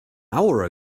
hour